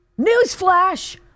Newsflash